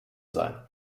sein